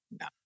No